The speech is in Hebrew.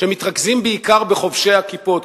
שמתרכזים בעיקר בחובשי הכיפות,